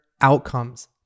outcomes